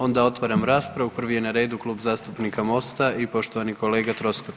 Onda otvaram raspravu. prvi je na redu Klub zastupnika Mosta i poštovani kolega Troskot.